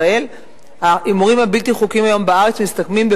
ההימורים הבלתי-חוקיים בארץ היום מסתכמים,